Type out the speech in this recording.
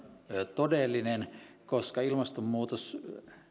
todellinen koska ilmastonmuutos